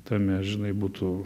tame žinai būtų